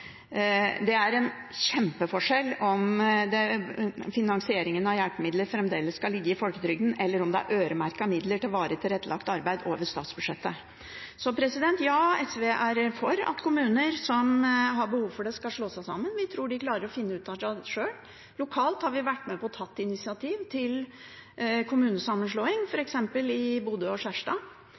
Det er en kjempeforskjell om finansieringen av hjelpemidler fremdeles skal ligge under folketrygden, eller om det er øremerkede midler til varig tilrettelagt arbeid over statsbudsjettet. Ja, SV er for at kommuner som har behov for det, skal slå seg sammen. Vi tror de klarer å finne ut av det sjøl. Lokalt har vi vært med på å ta initiativ til kommunesammenslåing, f.eks. mellom Bodø og Skjerstad.